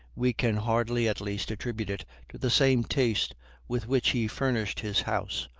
we can hardly, at least, attribute it to the same taste with which he furnished his house,